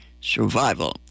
Survival